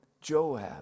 Joab